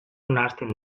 nahasten